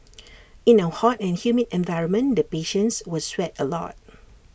in our hot and humid environment the patients were sweat A lot